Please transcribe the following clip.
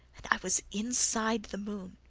and i was inside the moon.